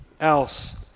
else